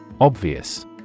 Obvious